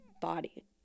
body